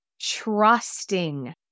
trusting